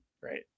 Right